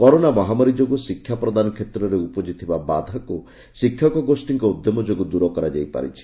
corona ମହାମାରୀ ଯୋଗୁଁ ଶିକ୍ଷାପ୍ରଦାନ କ୍ଷେତ୍ରରେ ଉପୁଜିଥିବା ବାଧାକୁ ଶିକ୍ଷକ ଗୋଷ୍ଠୀଙ୍କ ଉଦ୍ୟମ ଯୋଗୁଁ ଦୂର କରାଯାଇପାରିଛି